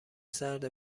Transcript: سرد